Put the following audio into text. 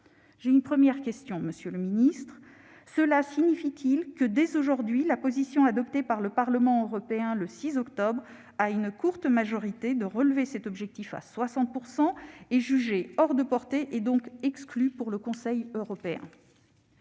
est donc la suivante, monsieur le secrétaire d'État : cela signifie-t-il que, dès aujourd'hui, la position adoptée par le Parlement européen le 6 octobre à une courte majorité de relever cet objectif à 60 % est jugée hors de portée, donc exclue pour le Conseil européen ?